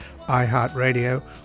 iHeartRadio